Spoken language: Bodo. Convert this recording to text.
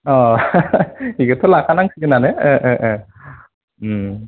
अ एख'थ' लाखानांसिगोन आनो